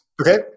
Okay